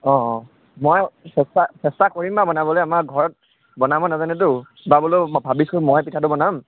অঁ অঁ মই চেষ্টা চেষ্টা কৰিম আৰু বনাবলৈ আমাৰ ঘৰত বনাব নাজানেটো এইবাৰ বোলো ভাবিছোঁ ময়ে পিঠাটো বনাম